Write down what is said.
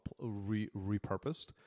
repurposed